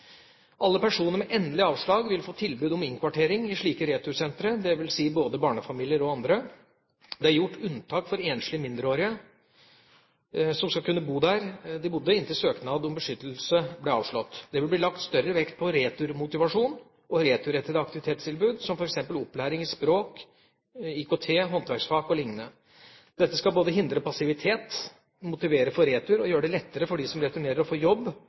Alle personer med endelig avslag vil få tilbud om innkvartering i slike retursentre, dvs. både barnefamilier og andre. Det er gjort unntak for enslige mindreårige som skal kunne bo der de bodde inntil søknad om beskyttelse ble avslått. Det vil bli lagt større vekt på returmotivasjon og returrettede aktivitetstilbud, som f.eks. opplæring i språk, IKT, håndverksfag o.l. Dette skal både hindre passivitet, motivere for retur, og gjøre det lettere for dem som returnerer å få jobb